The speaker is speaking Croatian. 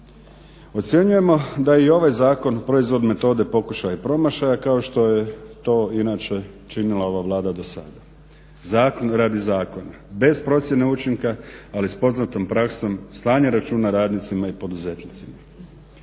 Ocjenjujemo da i ovaj zakon proizvod metode pokušaja i promašaja kao što je to inače činila ova Vlada do sada radi zakona bez procjene učinka ali s poznatom praksom slanja računa radnicima i poduzetnicima.